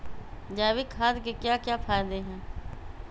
जैविक खाद के क्या क्या फायदे हैं?